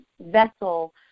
vessel